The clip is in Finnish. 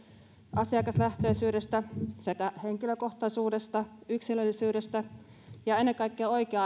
asiakaslähtöisyydestä sekä henkilökohtaisuudesta yksilöllisyydestä ja ennen kaikkea oikea